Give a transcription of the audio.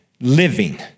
living